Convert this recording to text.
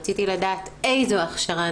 רציתי לדעת איזו הכשרה.